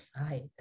Right